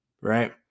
right